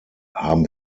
haben